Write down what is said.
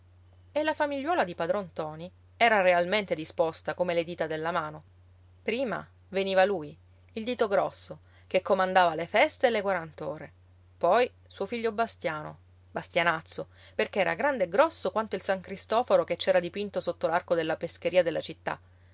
e la famigliuola di padron ntoni era realmente disposta come le dita della mano prima veniva lui il dito grosso che comandava le feste e le quarant'ore poi suo figlio bastiano bastianazzo perché era grande e grosso quanto il san cristoforo che c'era dipinto sotto l'arco della pescheria della città